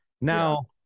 now